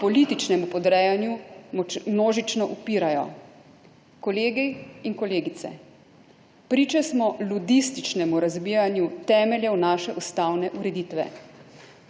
političnemu podrejanju množično upirajo. Kolegi in kolegice, priče smo ludističnemu razbijanju temeljev naše ustavne ureditve.